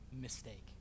mistake